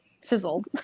Fizzled